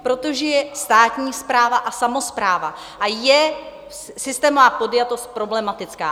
Protože je státní správa a samospráva, a je systémová podjatost problematická.